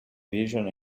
vision